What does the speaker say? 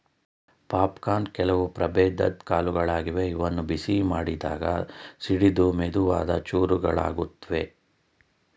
popcorn ಕೆಲವು ಪ್ರಭೇದದ್ ಕಾಳುಗಳಾಗಿವೆ ಇವನ್ನು ಬಿಸಿ ಮಾಡಿದಾಗ ಸಿಡಿದು ಮೆದುವಾದ ಚೂರುಗಳಾಗುತ್ವೆ